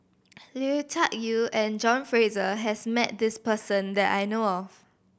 Lui Tuck Yew and John Fraser has met this person that I know of